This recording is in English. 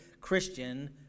Christian